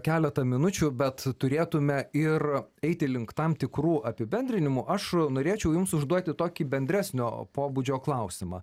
keletą minučių bet turėtume ir eiti link tam tikrų apibendrinimų aš norėčiau jums užduoti tokį bendresnio pobūdžio klausimą